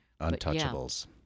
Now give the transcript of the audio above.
Untouchables